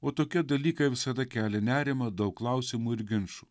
o tokie dalykai visada kelia nerimą daug klausimų ir ginčų